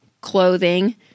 clothing